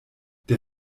der